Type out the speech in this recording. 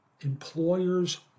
employers